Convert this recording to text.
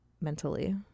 mentally